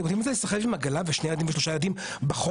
אתם יודעים מה זה להיסחב עם עגלה ושלושה ילדים בחום,